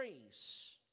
grace